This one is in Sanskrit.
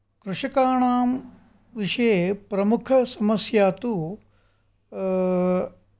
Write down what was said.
कृषिकाणां विषये प्रमुखसमस्या तु